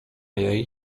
jej